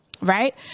right